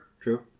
true